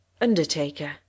Undertaker